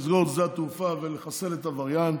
לסגור את שדה התעופה ולחסל את הווריאנט